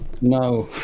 No